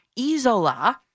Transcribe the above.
Isola